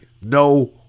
No